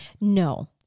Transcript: No